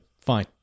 fine